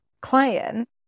client